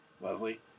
Leslie